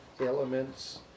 elements